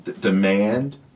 Demand